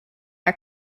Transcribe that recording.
are